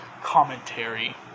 commentary